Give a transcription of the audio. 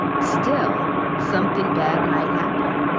still, something bad might happen.